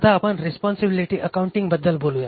आता आपण रिस्पोन्सिबिलीटी अकाउंटींगबद्दल बोलूया